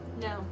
No